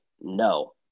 No